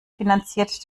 finanziert